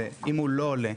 זה אם הוא לא עולה.